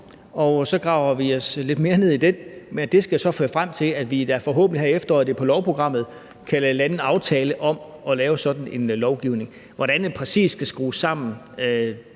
og så graver vi os lidt mere ned i den, og det skal så føre frem til, at vi da forhåbentlig her i efteråret på lovprogrammet kan lande en aftale om at lave sådan en lovgivning. Hvordan den præcis skal skrues sammen,